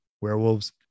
werewolves